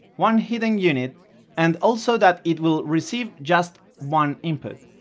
one hidden unit and also that it will receive just one input.